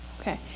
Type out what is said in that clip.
okay